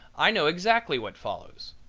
i know exactly what follows.